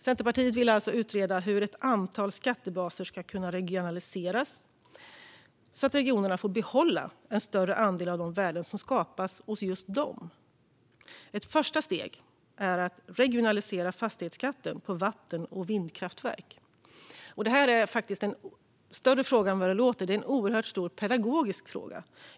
Centerpartiet vill utreda hur ett antal skattebaser ska kunna regionaliseras så att regionerna får behålla en större andel av de värden som skapas hos just dem. Ett första steg är att regionalisera fastighetsskatten på vatten och vindkraftverk. Det är en större fråga än vad det låter som - en oerhört stor pedagogisk fråga.